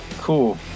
Cool